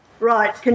Right